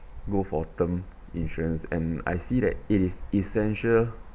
go for term insurance and I see that it is essential